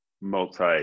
multi